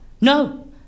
No